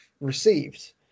received